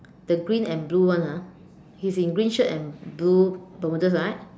the green and blue one ah he is in green shirt and blue bermudas right